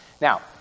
Now